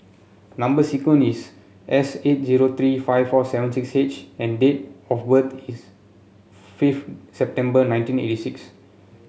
number sequence is S eight zero three five four seven six H and date of web is fifth September nineteen eighty six